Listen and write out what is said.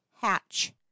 HATCH